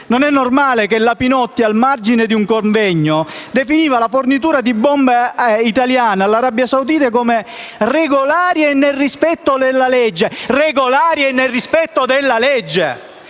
Non è normale che la Pinotti, a margine di un convegno, definiva la fornitura di bombe italiane all'Arabia Saudita come "regolare e nel rispetto della legge". Regolare e nel rispetto della legge?